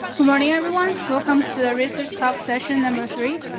good morning everyone. welcome to the research talk session number three.